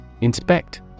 inspect